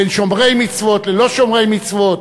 בין שומרי מצוות ללא שומרי מצוות,